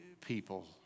people